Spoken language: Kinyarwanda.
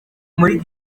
muri